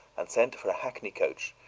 and sent for a hackney coach,